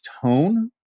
tone